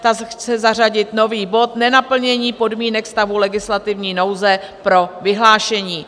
Ta chce zařadit nový bod Nenaplnění podmínek stavu legislativní nouze pro vyhlášení.